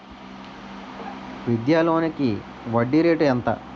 విద్యా లోనికి వడ్డీ రేటు ఎంత?